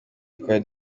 twari